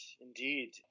Indeed